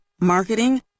marketing